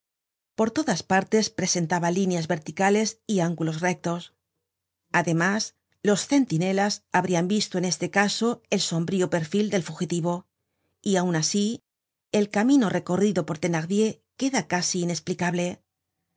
por todas paites presentaba líneas verticales y ángulos rectos además los centinelas habrian visto en este caso el sombrío perfil del fugitivo y aun asi el camino recorrido por thenardier queda casi inesplicable